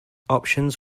options